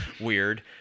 weird